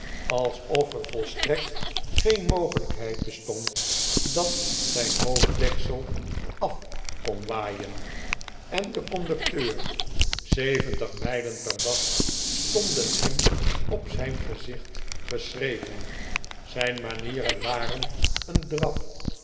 alsof er volstrekt geen mogelijkheid bestond dat zijn hoofddeksel af kon waaien en de conducteur zeventig mijlen per dag stonden hem op zijn gezicht geschreven zijn manieren waren een draf